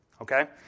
okay